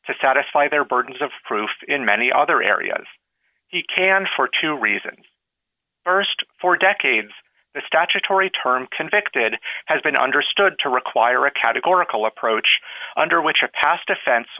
to satisfy their burdens of proof in many other areas he can for two reasons st for decades the statutory term convicted has been understood to require a categorical approach under which a past offen